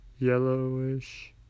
yellowish